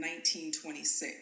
1926